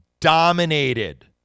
Dominated